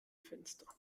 fenster